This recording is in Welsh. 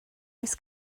oes